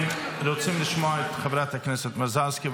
אני רוצה לשמוע את חברת הכנסת מזרסקי,